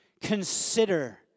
Consider